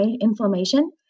inflammation